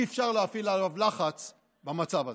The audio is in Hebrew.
אי-אפשר להפעיל עליו לחץ במצב הזה.